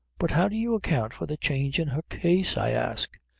but how do you account for the change in her case, i ask?